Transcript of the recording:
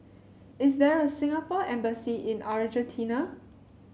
is there a Singapore Embassy in Argentina